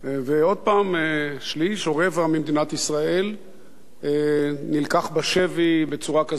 ועוד פעם שליש או רבע ממדינת ישראל נלקח בשבי בצורה כזו או